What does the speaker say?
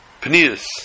Pneus